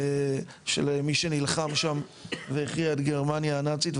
של מי שנלחם שם והכריע את גרמניה הנאצית,